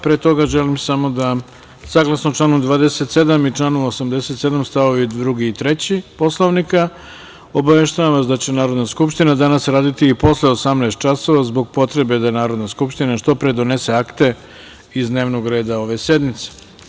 Pre toga, želim samo da, saglasno članu 27. i članu 87. stavovi 2. i 3. Poslovnika, obaveštavam vas da će Narodna skupština danas raditi i posle 18 časova zbog potrebe da Narodna skupština što pre donese akte iz dnevnog reda ove sednice.